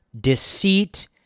deceit